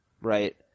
Right